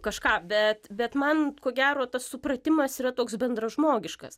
kažką bet bet man ko gero tas supratimas yra toks bendražmogiškas